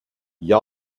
you